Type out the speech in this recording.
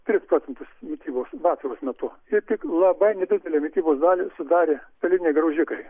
tris procentus mitybos vasaros metu ir tik labai nedidelę mitybos dalį sudarė peliniai graužikai